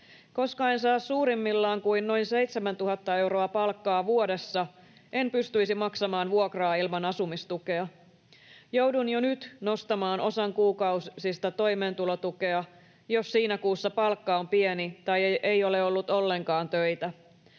Koska en saa suurimmillaan kuin noin 7 000 euroa palkkaa vuodessa, en pystyisi maksamaan vuokraa ilman asumistukea. Joudun jo nyt nostamaan osan kuukausista toimeentulotukea, jos siinä kuussa palkka on pieni tai ei ole ollut ollenkaan töitä.